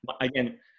again